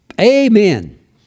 Amen